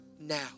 now